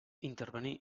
intervenir